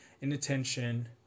inattention